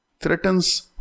threatens